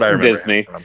Disney